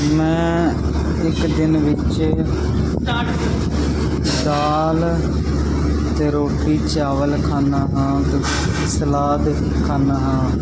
ਮੈਂ ਇੱਕ ਦਿਨ ਵਿੱਚ ਦਾਲ ਅਤੇ ਰੋਟੀ ਚਾਵਲ ਖਾਂਦਾ ਹਾਂ ਅਤੇ ਸਲਾਦ ਖਾਂਦਾ ਹਾਂ